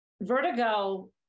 vertigo